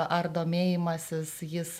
ar domėjimasis jis